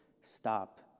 stop